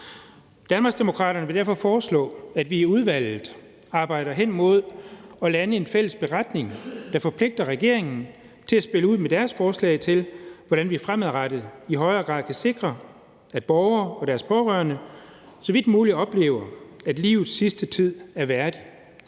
Danmarksdemokraterne vil derfor foreslå, at vi i udvalget arbejder hen imod at lande en fælles beretning, der forpligter regeringen til at spille ud med deres forslag til, hvordan vi fremadrettet i højere grad kan sikre, at borgere og deres pårørende så vidt muligt oplever, at livets sidste tid er værdig.